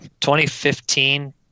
2015